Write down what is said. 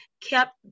kept